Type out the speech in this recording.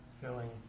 filling